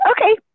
okay